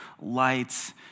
lights